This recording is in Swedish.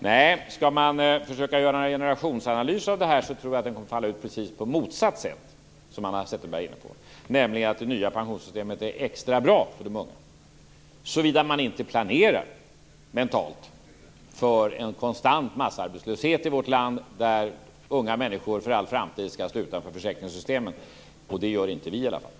Nej, skall man försöka göra en generationsanalys av detta tror jag att den kommer att falla ut på precis motsatt sätt mot det som Hanna Zetterberg är inne på, nämligen att det nya pensionssystemet är extra bra för de unga såvida man inte mentalt planerar för en konstant massarbetslöshet i vårt land där unga människor för all framtid skall stå utanför försäkringssystemen. Och det gör inte vi i alla fall.